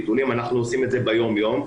ביטולים אנחנו עושים ביום יום.